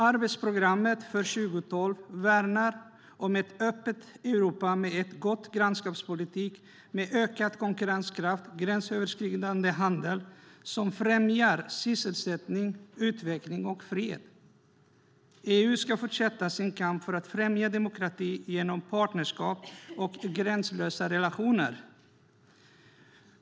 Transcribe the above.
Arbetsprogrammet för 2012 värnar om ett öppet Europa med en god grannskapspolitik, med en ökad konkurrenskraft och med en gränsöverskridande handel som främjar sysselsättning, utveckling och fred. EU ska fortsätta sin kamp för att främja demokratin genom partnerskap och gränslösa relationer.